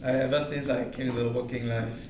I ever since I came into working life